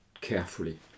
carefully